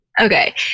Okay